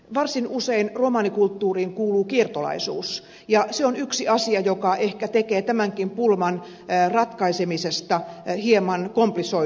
varsin usein romanikulttuuriin kuuluu kiertolaisuus ja se on yksi asia joka ehkä tekee tämänkin pulman ratkaisemisesta hieman komplisoidumpaa